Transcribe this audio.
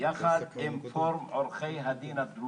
ואומרים להם שהם קיבלו שנתיים בפסק הדין אז